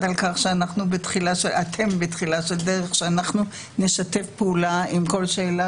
על כך שאתם בתחילה של דרך שאנחנו נשתף עם כל שאלה